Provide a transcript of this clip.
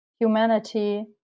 humanity